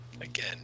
again